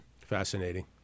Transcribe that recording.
Fascinating